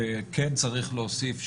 וכן, צריך להוסיף שוויון,